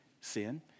sin